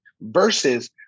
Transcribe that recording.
versus